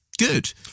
Good